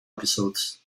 episodes